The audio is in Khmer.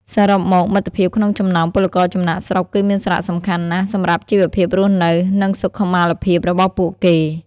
សរុបមក មិត្តភាពក្នុងចំណោមពលករចំណាកស្រុកគឺមានសារៈសំខាន់ណាស់សម្រាប់ជីវភាពរស់នៅ និងសុខុមាលភាពរបស់ពួកគេ ។